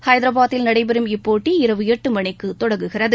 ஹைதராபாத்தில் நடைபெறும் இப்போட்டி இரவு எட்டு மணிக்கு தொடங்குகிறது